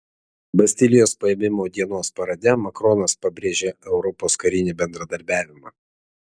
bastilijos paėmimo dienos parade macronas pabrėžė europos karinį bendradarbiavimą